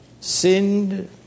sinned